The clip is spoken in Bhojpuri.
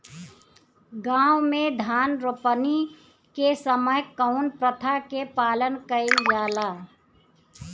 गाँव मे धान रोपनी के समय कउन प्रथा के पालन कइल जाला?